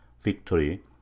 victory